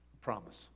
promise